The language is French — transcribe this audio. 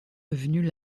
devenue